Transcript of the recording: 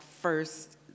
first